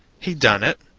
he done it.